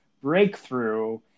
breakthrough